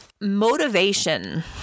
motivation